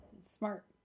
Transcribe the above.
Smart